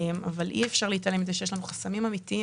אבל אי אפשר להתעלם מכך שיש לנו חסמים אמיתיים.